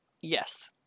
Yes